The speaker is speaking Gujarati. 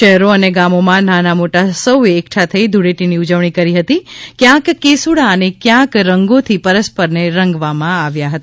શહેરો અને ગામોમાં નાના મોટા સૌએ એકઠા થઇ ધૂળેટીની ઉજવણી કરી હતી કયાંક કેસૂડા અને કયાંક રંગોથી પરરસ્પરને રંગવામા આવ્યા હતા